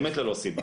באמת ללא סיבה.